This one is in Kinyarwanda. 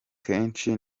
kenshi